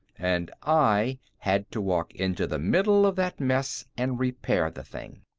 and i had to walk into the middle of that mess and repair the thing.